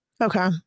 Okay